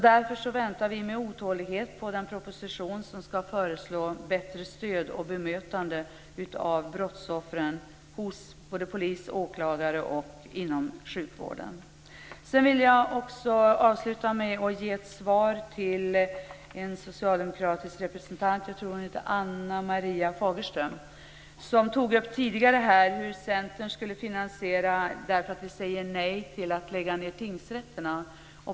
Därför väntar vi med otålighet på den proposition som ska föreslå bättre stöd för och bemötande av brottsoffren hos både polis och åklagare och inom sjukvården. Jag vill avsluta med att ge ett svar till en socialdemokratisk representant. Jag tror att hon heter Ann Marie Fagerström. Hon frågade tidigare hur Centern ska finansiera sitt förslag att inte lägga ned tingsrätterna.